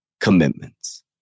commitments